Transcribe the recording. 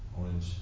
orange